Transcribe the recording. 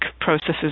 processes